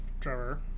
Trevor